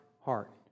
heart